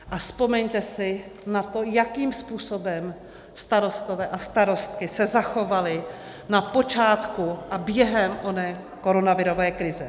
A vzpomeňte si na to, jakým způsobem starostové a starostky se zachovali na počátku a během oné koronavirové krize.